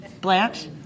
Blanche